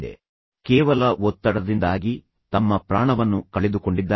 ಸಂಪೂರ್ಣವಾಗಿ ಅವರು ಕೇವಲ ಒತ್ತಡದಿಂದಾಗಿ ತಮ್ಮ ಪ್ರಾಣವನ್ನು ಕಳೆದುಕೊಂಡಿದ್ದಾರೆ